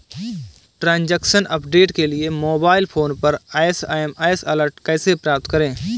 Transaction update के लिए mobile phone पर एस.एम.एस अलर्ट कैसे प्राप्त करें?